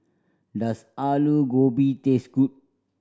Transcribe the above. does Aloo Gobi taste good